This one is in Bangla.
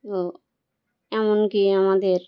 তো এমনকি আমাদের